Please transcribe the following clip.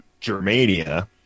Germania